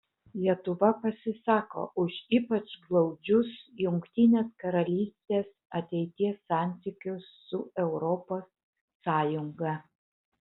lietuva pasisako už ypač glaudžius jungtinės karalystės ateities santykius su europos sąjunga